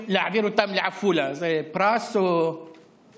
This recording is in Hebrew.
להעביר אותם לעפולה זה פרס או עונש?